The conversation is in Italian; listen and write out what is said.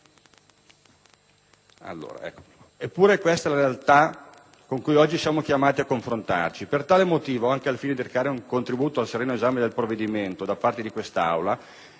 Eppure, questa è la realtà con cui oggi siamo chiamati a confrontarci. Per tale motivo, anche al fine di recare un contributo al sereno esame del provvedimento da parte di quest'Aula,